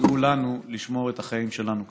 וסייעו לנו לשמור את החיים שלנו כאן.